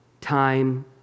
time